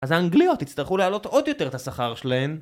אז האנגליות יצטרכו להעלות עוד יותר את השכר שלהן